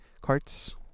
carts